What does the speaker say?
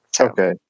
Okay